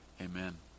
Amen